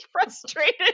frustrated